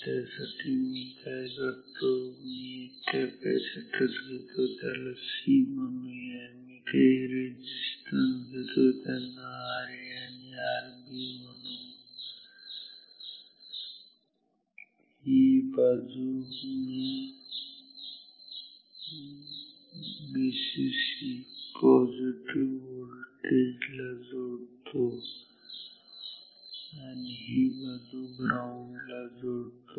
त्यासाठी मी काय करतो मी एक कॅपॅसिटर घेतो त्याला C म्हणूया मी काही रेजिस्टन्स घेतो त्यांना Ra Rb म्हणू आणि ही बाजू मी मी Vcc पॉझिटिव्ह व्होल्टेज ला जोडतो आणि ही बाजू ग्राऊंडला जोडतो